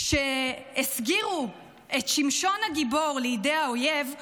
כשהסגירו את שמשון הגיבור לידי האויב,